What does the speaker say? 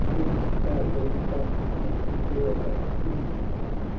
launch thy red bolt, and bare thy crimson